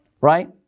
right